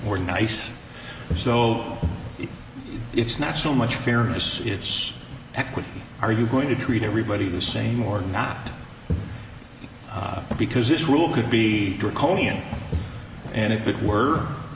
we're nice so if it's not so much fairness it's equity are you going to treat everybody the same or not because this rule could be draconian and if it were